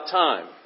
time